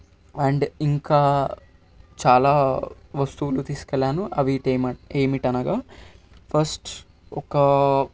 and ఇంకా చాలా వస్తువులు తీసుకెళ్ళాను అవి ఏమిటనగా ఫస్ట్ ఒక